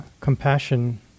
compassion